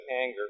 anger